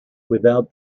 without